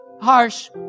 harsh